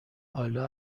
الا